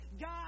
God